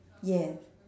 yes